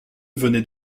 venait